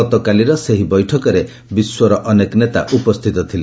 ଗତକାଲିର ସେହି ବୈଠକରେ ବିଶ୍ୱର ଅନେକ ନେତା ଉପସ୍ଥିତ ଥିଲେ